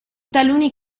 taluni